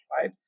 right